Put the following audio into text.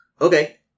Okay